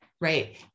Right